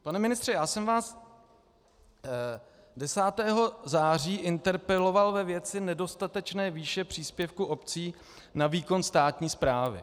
Pane ministře, já jsem vás 10. září interpeloval ve věci nedostatečné výše příspěvku obcí na výkon státní správy.